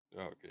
Okay